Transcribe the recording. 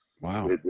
Wow